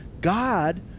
God